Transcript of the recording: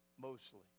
mostly